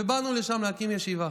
ובאנו לשם להקים ישיבה.